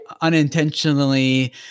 unintentionally